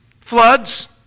floods